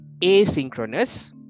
Asynchronous